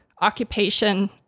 occupation